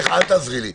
סליחה, אל תעזרי לי.